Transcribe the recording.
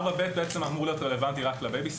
סעיף 4(ב) אמור להיות רלוונטי רק לבייבי-סיטר